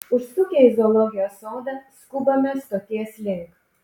užsukę į zoologijos sodą skubame stoties link